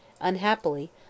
Unhappily